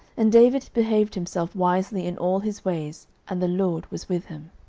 and david behaved himself wisely in all his ways and the lord was with him.